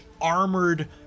armored